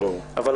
צריך